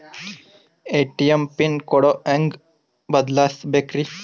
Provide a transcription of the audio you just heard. ATM pin code ಹೆಂಗ್ ಬದಲ್ಸ್ಬೇಕ್ರಿ?